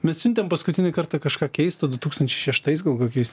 bet siuntėm paskutinį kartą kažką keisto du tūkstančiai šeštais gal kokiais